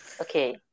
Okay